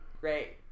Great